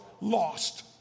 lost